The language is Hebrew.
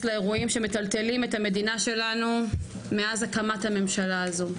לאירועים שמטלטלים את המדינה שלנו מאז הקמת הממשלה הזו,